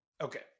Okay